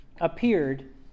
appeared